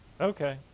okay